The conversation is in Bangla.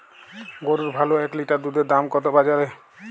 গরুর ভালো এক লিটার দুধের দাম কত বাজারে?